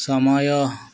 ସମୟ